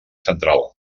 central